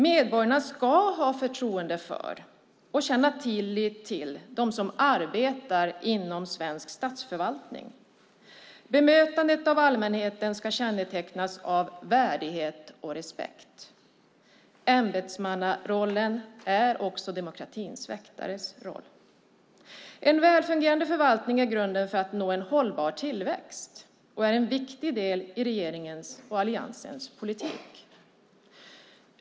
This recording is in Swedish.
Medborgarna ska ha förtroende för och känna tillit till dem som arbetar inom svensk statsförvaltning. Bemötandet av allmänheten ska kännetecknas av värdighet och respekt. Ämbetsmannarollen är också demokratins väktares roll. En välfungerande förvaltning är grunden för att nå en hållbar tillväxt och är en viktig del i regeringens och Alliansens politik.